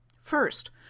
First